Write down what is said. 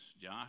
Josh